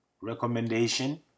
recommendation